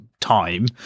time